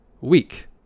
week